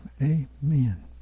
amen